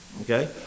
okay